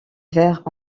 vers